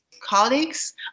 colleagues